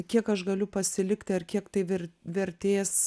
kiek aš galiu pasilikti ar kiek tai ver vertės